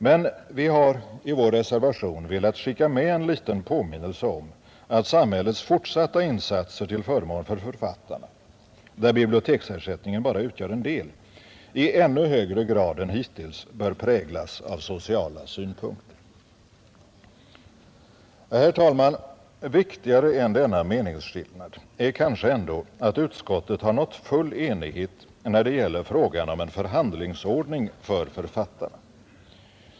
Men vi har i vår reservation velat skicka med en liten påminnelse om att samhällets fortsatta insatser till förmån för författarna — där biblioteksersättningen bara utgör en del — i ännu högre grad än hittills bör präglas av sociala synpunkter. Viktigare än denna meningsskillnad är kanske ändå att utskottet nått full enighet, när det gäller frågan om en förhandlingsordning för författarna.